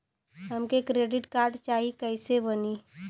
हमके credit card चाही कैसे बनी?